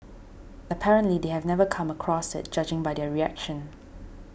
apparently they have never come across it judging by their reaction